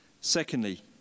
Secondly